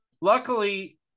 luckily